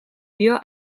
dio